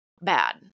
bad